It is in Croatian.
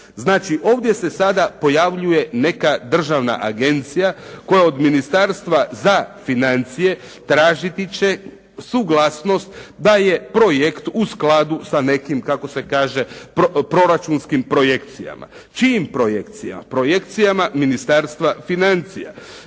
ovdje se sada pojavljuje neka državna agencija koja od ministarstva za financije tražiti će suglasnost da je projekt u skladu sa nekim kako se kaže proračunskim projekcijama. Čijim projekcijama? Projekcijama Ministarstva financija.